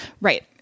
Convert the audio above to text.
Right